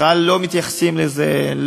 בכלל לא מתייחסים לזה.